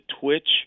twitch